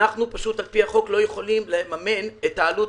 אנחנו על פי החוק לא יכולים לממן את העלות